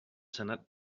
senat